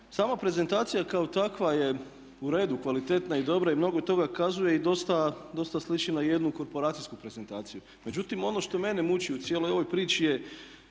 sama prezentacija kao takva je u redu, kvalitetna i dobra i mnogo toga kazuje i dosta sliči na jednu korporacijsku prezentaciju. Međutim, ono što mene muči u cijeloj ovoj priči je